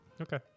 Okay